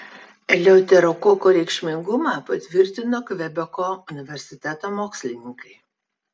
eleuterokoko reikšmingumą patvirtino kvebeko universiteto mokslininkai